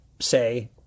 say